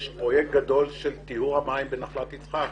יש פרויקט גדול של טיהור המים בנחלת יצחק,